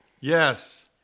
Yes